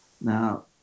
Now